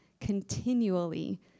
continually